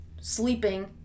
sleeping